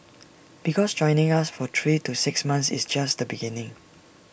because joining us for three to six months is just the beginning